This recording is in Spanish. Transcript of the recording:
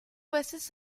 jueces